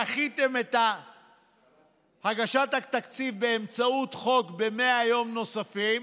דחיתם את הגשת התקציב באמצעות חוק ב-100 יום נוספים,